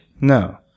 No